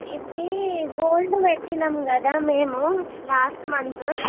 ఇదీ గోల్డ్ పెట్టాము కదా మేము లాస్ట్ మంతు